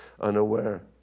unaware